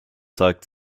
zeigt